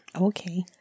Okay